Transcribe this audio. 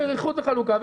תהיה סמכות לאיחוד וחלוקה.